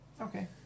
Okay